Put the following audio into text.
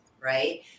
right